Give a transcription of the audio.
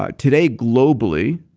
ah today, globally,